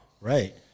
Right